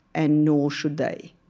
and nor should they.